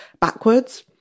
backwards